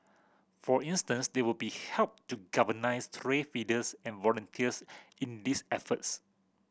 for instance they will be help to galvanise stray feeders and volunteers in these efforts